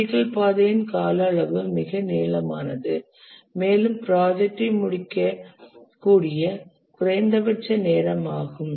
critical பாதையின் கால அளவு மிக நீளமானது மேலும் ப்ராஜெக்டை முடிக்கக்கூடிய குறைந்தபட்ச நேரம் ஆகும்